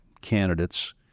candidates